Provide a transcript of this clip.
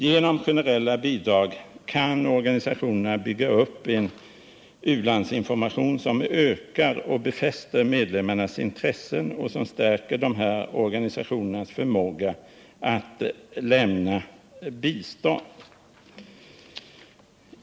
Genom generella bidrag kan organisationerna bygga upp en u-landsinformation som ökar och befäster medlemmarnas intresse och som stärker dessa organisationers förmåga att lämna bistånd.